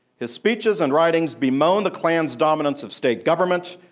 his speeches and writings bemoaned the klan's dominance of state government.